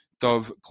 Dove